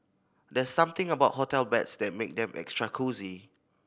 there's something about hotel beds that make them extra cosy